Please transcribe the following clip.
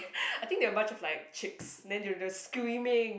I think they were a bunch of like chicks then they were just screaming